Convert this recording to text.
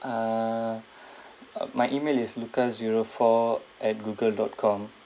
uh my email is lucas zero four at google dot com